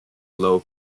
low